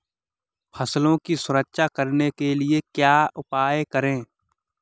फसलों की सुरक्षा करने के लिए क्या उपाय करें?